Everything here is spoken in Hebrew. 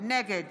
נגד